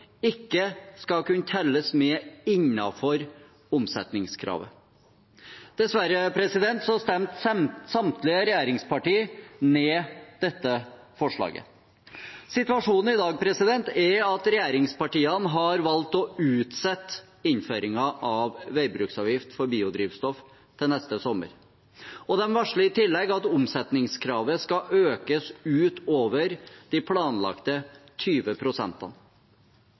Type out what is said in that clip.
ikke skal kunne telles med innenfor omsetningskravet. Dessverre stemte samtlige regjeringspartier ned dette forslaget. Situasjonen i dag er at regjeringspartiene har valgt å utsette innføringen av veibruksavgift for biodrivstoff til neste sommer, og de varsler i tillegg at omsetningskravet skal økes utover de planlagte 20